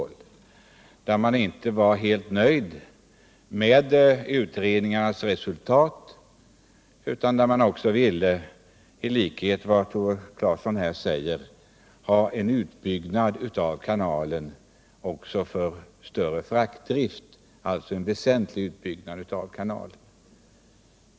Motionärer m.fl. var inte helt nöjda med utredningsresultatet utan ville i likhet med vad Tore Claeson här säger bygga ut kanalen för större frakter.